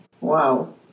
wow